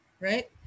right